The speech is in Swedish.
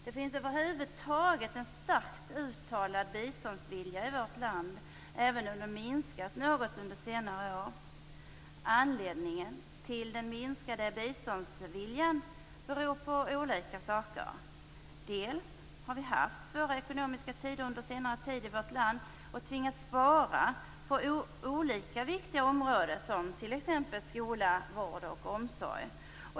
Det finns över huvud taget en starkt uttalad biståndsvilja i vårt land, även om den minskat något under senare år. Den minskade biståndsviljan beror på olika saker. Bl.a. har vi haft svåra ekonomiska tider under senare tid i vårt land och tvingats spara på olika viktiga områden som t.ex. skola, vård och omsorg.